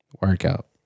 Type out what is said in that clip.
Workout